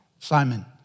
Simon